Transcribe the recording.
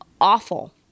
awful